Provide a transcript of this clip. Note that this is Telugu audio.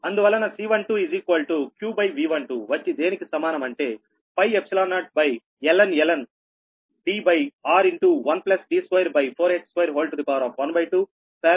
అందువలన C12 qV12 వచ్చి దేనికి సమానం అంటే 0ln Dr1D24h212 farad per metre